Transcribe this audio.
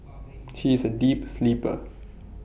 she is A deep sleeper